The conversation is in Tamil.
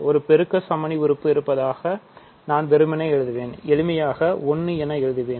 ஒரு பெருக்க சமணி உறுப்பு இருப்பதாக நான் வெறுமனே எழுதுவேன் எளிமையாக 1 என எழுதுவேன்